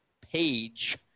page